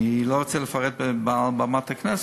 אני לא רוצה לפרט מעל בימת הכנסת,